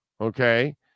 okay